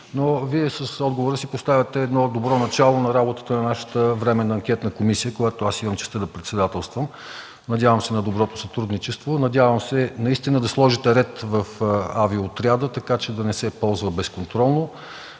Вие с отговора си поставяте едно добро начало на работата на нашата Временна анкетна комисия, която аз имам честта да председателствам. Надявам се на доброто сътрудничество. Надявам се наистина да сложите ред в авиоотряда, така че да не се ползва безконтролно,